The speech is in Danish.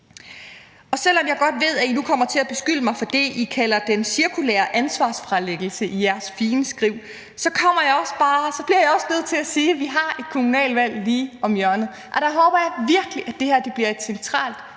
Selv om jeg godt ved, at I nu kommer til at beskylde mig for det, I kalder den cirkulære ansvarsfralæggelse i jeres fine skriv, så bliver jeg også nødt til at sige, at vi har et kommunalvalg lige om hjørnet, og der håber jeg virkelig at det her bliver et centralt